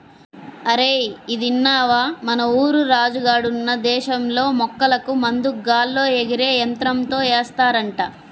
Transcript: అరేయ్ ఇదిన్నవా, మన ఊరు రాజు గాడున్న దేశంలో మొక్కలకు మందు గాల్లో ఎగిరే యంత్రంతో ఏస్తారంట